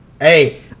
Hey